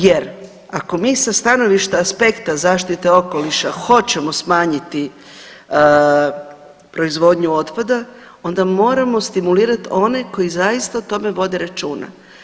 Jer ako mi sa stanovišta aspekta zaštite okoliša hoćemo smanjiti proizvodnju otpada onda moramo stimulirat one koji zaista o tome vode računa.